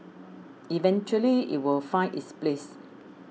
eventually it will find its place